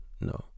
No